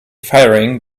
firing